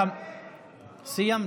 תדייק,